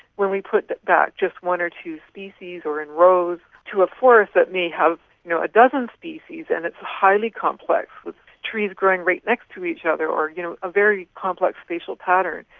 when we put back just one or two species or in rows to a forest that may have you know a dozen species and it's highly complex, with trees growing right next to each other or you know a very complex spatial pattern,